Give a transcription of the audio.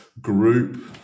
group